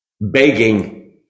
begging